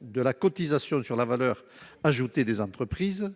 de la cotisation sur la valeur ajoutée des entreprises,